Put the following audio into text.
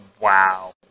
Wow